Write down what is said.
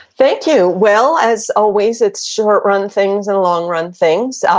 thank you. well, as always, it's short-run things and long-run things. so